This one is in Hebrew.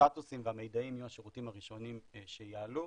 הסטטוסים והמידעים יהיו השירותים הראשונים שיעלו.